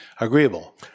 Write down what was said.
agreeable